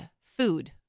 food